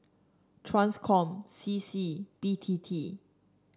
Transcom C C B T T